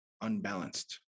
Unbalanced